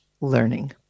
learning